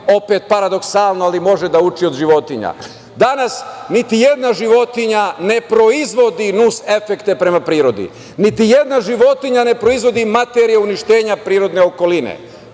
opet, paradoksalno, ali može da uči od životinja. Danas, niti jedna osoba ne proizvodi nus efekte prema prirodi, niti jedna životinja ne proizvodi materije uništenja prirodne okoline,